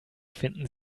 finden